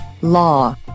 Law